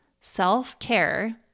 Self-care